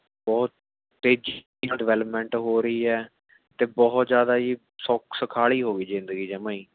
ਬਹੁਤ ਤੇਜ਼ੀ ਨਾਲ਼ ਡਿਵੈਲਪਮੈਂਟ ਹੋ ਰਹੀ ਹੈ ਅਤੇ ਬਹੁਤ ਜ਼ਿਆਦਾ ਜੀ ਸੌਖਾਲੀ ਹੋ ਗਈ ਜ਼ਿੰਦਗੀ ਜਮਾਂ ਹੀ